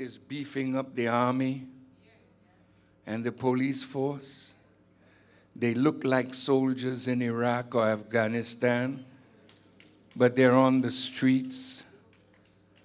is beefing up the army and the police force they look like soldiers in iraq or afghanistan but they're on the streets